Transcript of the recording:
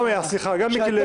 סליחה, גם מיקי לוי.